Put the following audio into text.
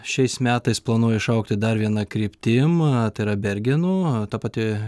šiais metais planuoja išaugti dar viena kryptim tai yra bergenų ta pati